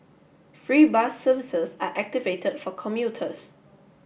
free bus services are activate for commuters